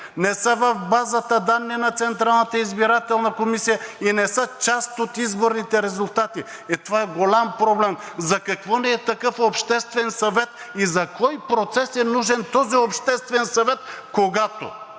избирателна комисия и не са част от изборните резултати, и това е голям проблем. За какво ни е такъв обществен съвет и за кой процес е нужен този обществен съвет, когато